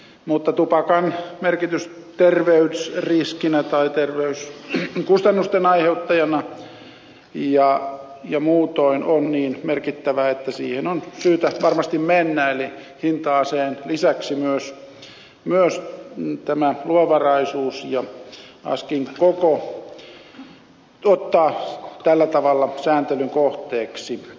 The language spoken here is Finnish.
mutta tupakan merkitys terveysriskinä tai terveyskustannusten aiheuttajana ja muutoin on niin merkittävä että siihen on syytä varmasti mennä eli hinta aseen lisäksi myös luvanvaraisuus ja askin koko otetaan tällä tavalla sääntelyn kohteeksi